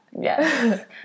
Yes